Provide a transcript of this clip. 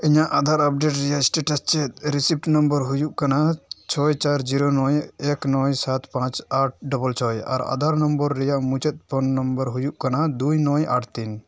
ᱤᱧᱟᱹᱜ ᱟᱫᱷᱟᱨ ᱟᱯᱰᱮᱴ ᱨᱮᱭᱟᱜ ᱥᱴᱮᱴᱟᱥ ᱪᱮᱫ ᱨᱤᱥᱤᱵᱷ ᱱᱟᱢᱵᱟᱨ ᱦᱩᱭᱩᱜ ᱠᱟᱱᱟ ᱪᱷᱚᱭ ᱪᱟᱨ ᱡᱤᱨᱳ ᱱᱚᱭ ᱮᱠ ᱱᱚᱭ ᱥᱟᱛ ᱯᱟᱸᱪ ᱟᱴ ᱰᱚᱵᱚᱞ ᱪᱷᱚᱭ ᱟᱨ ᱟᱫᱷᱟᱨ ᱱᱚᱢᱵᱚᱨ ᱨᱮᱭᱟᱜ ᱢᱩᱪᱟᱹᱫ ᱯᱷᱳᱱ ᱱᱚᱢᱵᱚᱨ ᱦᱩᱭᱩᱜ ᱠᱟᱱᱟ ᱫᱩᱭ ᱱᱚᱭ ᱟᱴ ᱛᱤᱱ